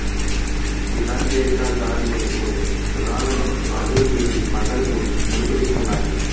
Kisan credit card దారులు కు రుణాలను మంజూరుచేసి పంటలకు మదుపులిస్తున్నాయి